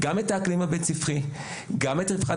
גם את האקלים הבית ספרי; את רווחת